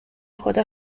خدا